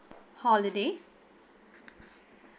holiday